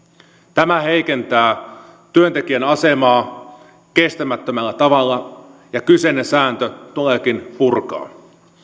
tämä heikentää työntekijän asemaa kestämättömällä tavalla ja kyseinen sääntö tuleekin purkaa